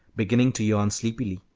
beginning to yawn sleepily.